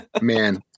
man